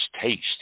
taste